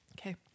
Okay